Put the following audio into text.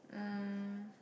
um